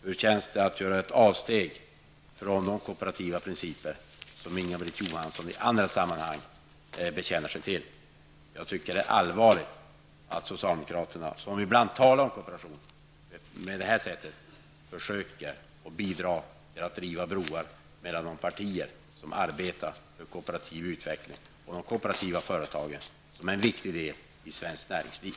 Hur känns det att göra ett avsteg från de kooperativa principer som Inga-Britt Johansson i andra sammanhang bekänner sig till? Jag tycker att det är allvarligt att socialdemokraterna, som ibland talar om kooperation, på det här sättet försöker bidra till att riva broar mellan de partier som arbetar för en kooperativ utveckling och för de kooperativa företagen, som är en viktig del i svenskt näringsliv.